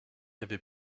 avait